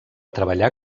treballar